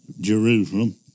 Jerusalem